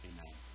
Amen